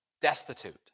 destitute